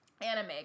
anime